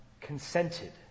consented